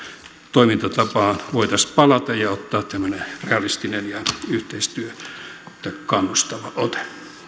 toimintatapaan voitaisiin palata ja ottaa tämmöinen realistinen ja yhteistyötä kannustava ote